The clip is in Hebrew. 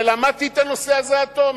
ולמדתי את הנושא הזה עד תום,